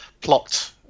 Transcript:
plot